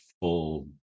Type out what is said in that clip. full